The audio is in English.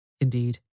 Indeed